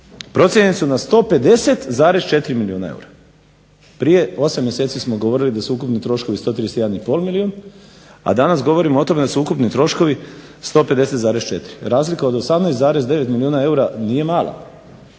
procijenjeni su na 150,4 milijuna eura". Prije 7 mjeseci smo govorili da su ukupni troškovi 131,5 milijun, a danas govorimo o tome da su ukupni troškovi 150,4, razlika od 18,9 milijuna eura nije mala.